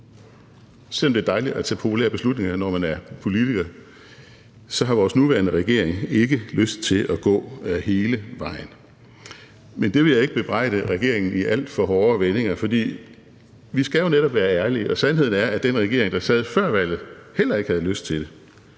selv om det er dejligt at tage populære beslutninger, når man er politiker, så har vores nuværende regering ikke lyst til at gå hele vejen. Men det vil jeg ikke bebrejde regeringen i alt for hårde vendinger, fordi vi jo netop skal være ærlige, og sandheden er, at den regering, der sad før valget, heller ikke havde lyst til det.